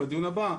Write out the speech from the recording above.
בדיון הבא,